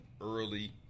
early